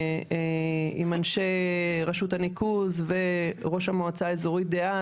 אנשי רשות הניקוז וראש המועצה אזורית דאז.